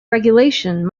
regulation